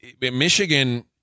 Michigan